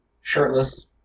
shirtless